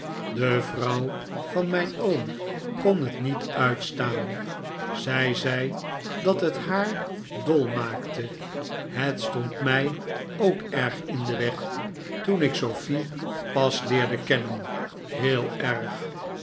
de vrouw van mijn oom kon'het niet uitstaan zij zei dat het haar dol maakte het stond mij k erg in den weg toen ik sofie pas leerde kennen heel erg